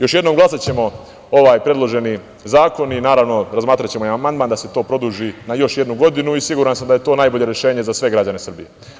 Još jednom, glasaćemo ovaj predloženi zakon i razmatraćemo i amandman da se to produži na još jednu godinu i siguran sam da je to najbolje rešenje za sve građane Srbije.